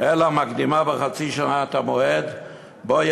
אלא מקדימה בחצי שנה את המועד שבו הם